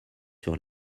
sur